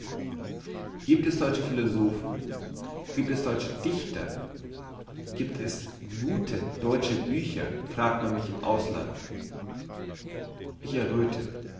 giebt es deutsche philosophen giebt es deutsche dichter giebt es gute deutsche bücher fragt man mich im ausland ich erröthe